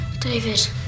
David